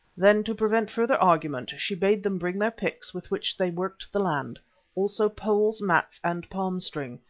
then to prevent further argument she bade them bring their picks with which they worked the land also poles, mats, and palmstring,